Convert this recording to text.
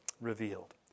revealed